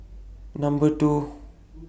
Number two